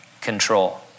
control